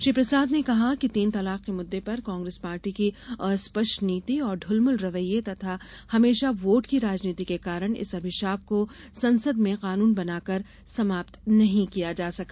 श्री प्रसाद ने कहा कि तीन तलाक के मुद्दे पर कांग्रेस पार्टी की अस्पष्ट नीति और दुलमुल रवैये तथा हमेशा वोट की राजनीति के कारण इस अभिशाप को संसद में कानून बनाकर समाप्त नहीं किया जा सका